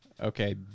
Okay